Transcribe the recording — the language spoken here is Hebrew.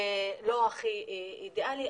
לא הכי אידיאלי,